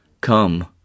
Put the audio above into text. Come